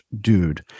dude